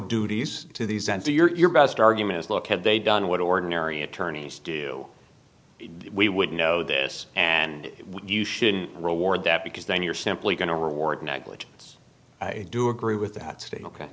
duties to these and to your best argument is look had they done what ordinary attorneys do we would know this and you shouldn't reward that because then you're simply going to reward negligence i do agree with that state